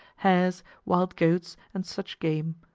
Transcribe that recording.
hares, wild goats, and such game.